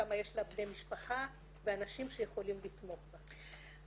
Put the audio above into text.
שם יש לה בני משפחה ואנשים שיכולים לתמוך בה.